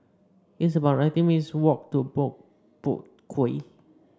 it's about nineteen minutes' walk to Boat Boat Quay